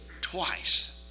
twice